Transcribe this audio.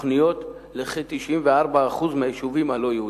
תוכניות לכ-94% מהיישובים הלא-יהודיים.